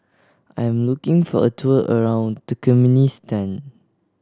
I am looking for a tour around Turkmenistan